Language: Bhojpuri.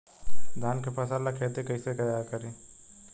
धान के फ़सल ला खेती कइसे तैयार करी?